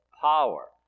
power